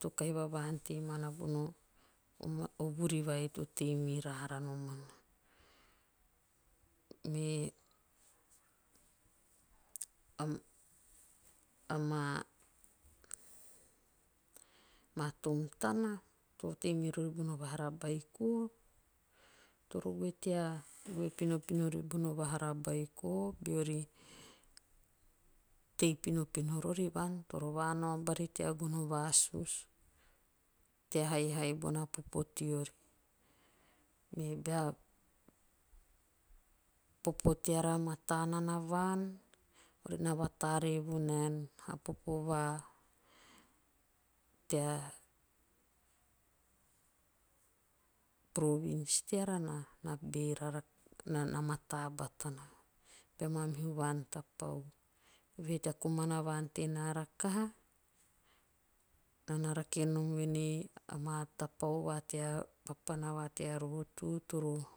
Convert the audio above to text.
to kahi vava ante manaa bono vuri vai to tei ni roara nomana. Me amaa tom tana to tei mirori bono vahara beiko beori tei pinopino rori vaan. Toro vanao bari tea gono vasusu tea haihai bona popo teori. Me bea popo teara mataa nana vaan. ore na vatare vanaen a popo va tea'province'teara na- na beera ra na mataa batana. Bea manihu vaan tapau. Eve he tea komana vaan tenaa rekaha. naa na rake nom vuen ei amaa tapau ve tea papana va tea rotu toro